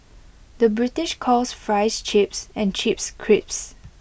the British calls Fries Chips and Chips Crisps